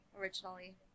originally